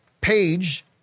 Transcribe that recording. page